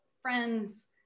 friends